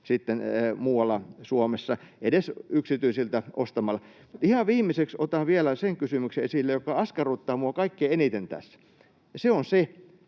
muualla Suomessa, edes yksityisiltä ostamalla. Ihan viimeiseksi otan vielä esille sen kysymyksen, joka askarruttaa minua kaikkein eniten tässä, ja se on se,